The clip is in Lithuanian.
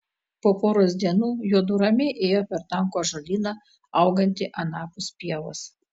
po poros dienų juodu ramiai ėjo per tankų ąžuolyną augantį anapus pievos